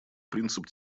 принцип